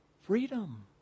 Freedom